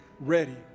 ready